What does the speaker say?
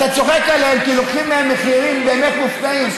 אתה צוחק עליהם כי לוקחים מהם מחירים באמת מופקעים.